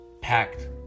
packed